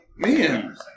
Man